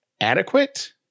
adequate